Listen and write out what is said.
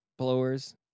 blowers